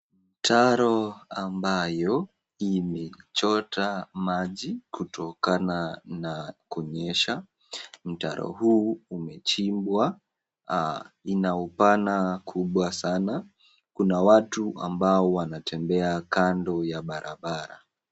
Mtaro ambayo imechota maji kutokana na kunyesha. Mtaro huu umechimbwa ina upana kubwa sana. Kuna watu ambao wanatembea kando ya barabara.